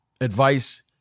advice